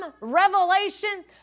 revelation